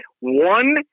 one